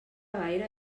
gaire